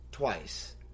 twice